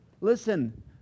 listen